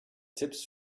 tipps